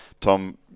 Tom